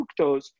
fructose